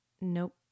Nope